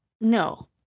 No